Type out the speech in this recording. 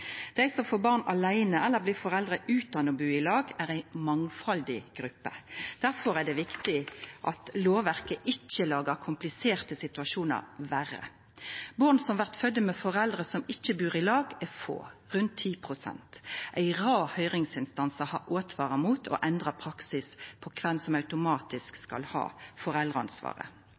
Dei som får barn aleine eller blir foreldre utan å bu i lag, er ei mangfaldig gruppe. Difor er det viktig at lovverket ikkje gjer kompliserte situasjonar verre. Barn som vert fødde med foreldre som ikkje bur i lag, er få, rundt 10 pst. Ei rad høyringsinstansar har åtvara mot å endra praksis på kven som automatisk skal ha foreldreansvaret.